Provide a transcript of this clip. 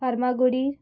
Farmagudi